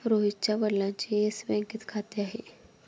रोहितच्या वडिलांचे येस बँकेत खाते आहे